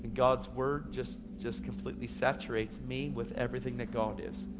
god's word just just completely saturates me with everything that god is.